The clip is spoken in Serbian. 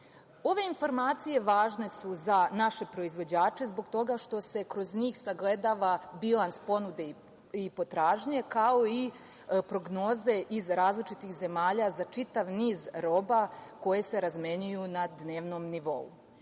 informacije važne su za naše proizvođače zbog toga što se kroz njih sagledava bilans ponude i potražnje, kao i prognoze iz različitih zemalja za čitav niz roba koje se razmenjuju na dnevnom nivou.